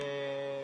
כיום